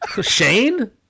Shane